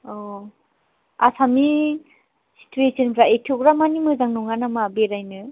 अ आसामनि सिटुवेसनफ्रा एथ'ग्राबमानि मोजां नङा नामा बेरायनो